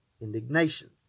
indignation